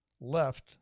left